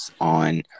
on